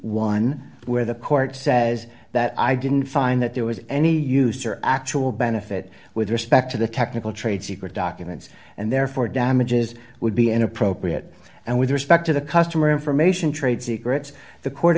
one where the court says that i didn't find that there was any use or actual benefit with respect to the technical trade secret documents and therefore damages would be inappropriate and with respect to the customer information trade secrets the court